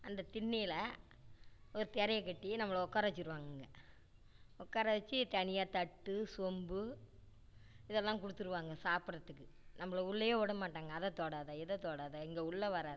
அந்த திண்ணையில் ஒரு திரையக் கட்டி நம்மளை உட்கார வெச்சிருவாங்கங்க உட்கார வெச்சி தனியாக தட்டு சொம்பு இதெல்லாம் கொடுத்துருவாங்க சாப்பிட்றத்துக்கு நம்மள உள்ளேயே விடமாட்டாங்க அதை தொடாதே இதை தொடாதே இங்கே உள்ளே வராதே